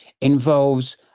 involves